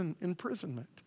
imprisonment